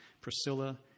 Priscilla